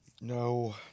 No